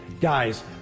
Guys